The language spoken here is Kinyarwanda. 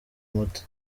umuti